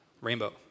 Rainbow